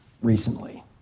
recently